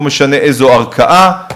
לא משנה באיזו ערכאה,